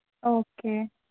okay